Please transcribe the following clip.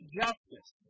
justice